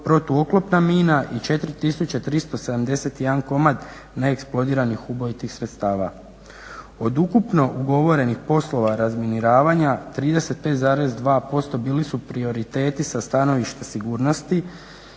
protuoklopna mina i 4371 komad neeksplodiranih ubojitih sredstava. Od ukupno ugovorenih poslova razminiravanja 35,2% bili su prioriteti sa stanovišta sigurnosti,